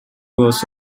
was